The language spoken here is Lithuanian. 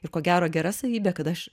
ir ko gero gera savybė kad aš